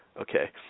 Okay